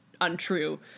untrue